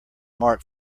mark